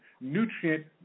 nutrient